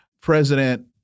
President